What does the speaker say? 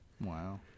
Wow